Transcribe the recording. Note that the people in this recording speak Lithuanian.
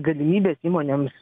galimybes įmonėms